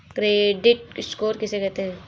Credit score किसे कहते हैं?